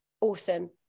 Awesome